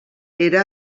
era